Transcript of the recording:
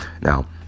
now